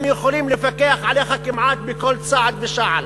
הם יכולים לפקח עליך כמעט בכל צעד ושעל,